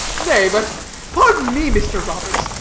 nay but pardon me, mr. roberts,